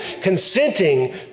consenting